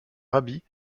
rabbi